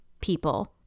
people—